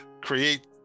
create